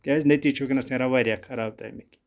کیٛازِ نٔتیٖجہِ چھُ وٕنۍکٮ۪نَس نیران واریاہ خراب تَمِکۍ